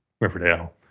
Riverdale